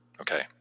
Okay